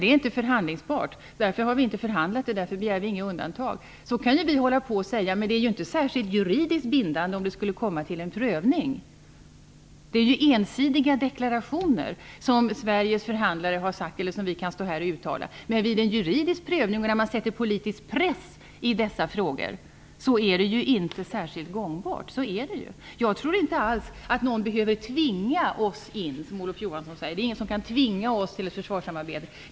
Det är inte förhandlingsbart. Därför har vi inte förhandlat om det. Därför begär vi inget undantag. Så kan vi hålla på att säga, men det är inte särskilt juridiskt bindande om det skulle komma till en prövning. Det är ensdiga deklarationer som vi kan stå här och uttala. Men vid en juridisk prövning och när man sätter politisk press på dessa frågor är det inte särskilt gångbart. Så är det ju. Jag tror inte alls att någon behöver tvinga oss in, som Olof Johansson säger. Det är ingen som kan tvinga oss till ett försvarssamarbete.